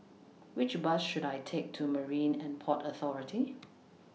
Which Bus should I Take to Marine and Port Authority